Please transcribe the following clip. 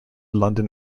london